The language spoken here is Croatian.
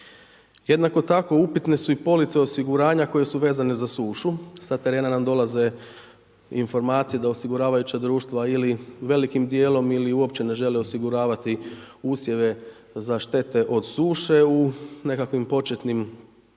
Jednako tako upitne su i police osiguranja koje su vezane za sušu, sa terena nam dolaze informacije da osiguravajuća društva ili velikim djelom ili uopće ne žele osiguravati usjeve za štete od suše u nekakvim početnim razdobljima